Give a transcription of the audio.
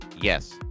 yes